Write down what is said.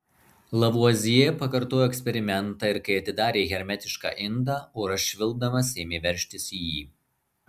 lavuazjė pakartojo eksperimentą ir kai atidarė hermetišką indą oras švilpdamas ėmė veržtis į jį